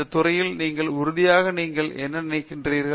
இந்த துறையில் நீங்கள் உறுதியை நீங்கள் என்ன நினைக்கிறீர்கள்